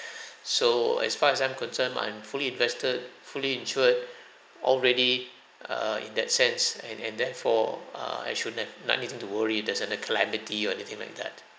so as far as I'm concerned I'm fully invested fully insured all ready err in that sense and and therefore err I shouldn't have not nothing to worry there's an a calamity or anything like that